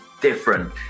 different